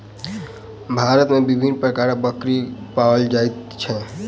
भारत मे विभिन्न प्रकारक बकरी पाओल जाइत छै